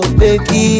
baby